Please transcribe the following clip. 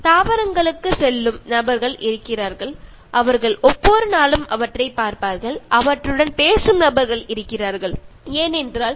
ചില ആളുകൾ ചെടികളുടെ അടുത്തേക്ക് പോവുകയും അതിനെയൊക്കെ വളരെ സൂക്ഷ്മമായി നിരീക്ഷിക്കുകയും ചിലർ അതിനോട് സംസാരിക്കുകയും ചെയ്യാറുണ്ട്